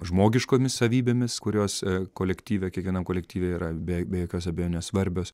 žmogiškomis savybėmis kurios kolektyve kiekvienam kolektyve yra be be jokios abejonės svarbios